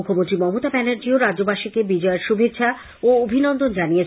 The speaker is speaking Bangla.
মুখ্যমন্ত্রী মমতা ব্যানার্জীও রাজ্যবাসীকে বিজয়ার শুভেচ্ছা ও অভিনন্দন জানিয়েছেন